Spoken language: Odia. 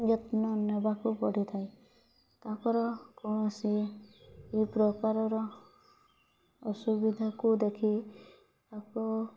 ଯତ୍ନ ନେବାକୁ ପଡ଼ିଥାଏ ତାଙ୍କର କୌଣସି ପ୍ରକାରର ଅସୁବିଧାକୁ ଦେଖି ଆଗ